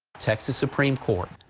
texas supreme court,